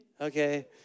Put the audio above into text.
Okay